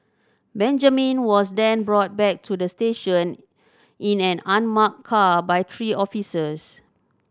Benjamin was then brought back to the station in an unmarked car by three officers